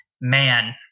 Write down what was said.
Man